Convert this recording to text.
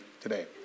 today